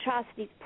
atrocities